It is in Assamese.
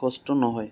কষ্ট নহয়